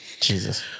Jesus